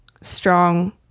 strong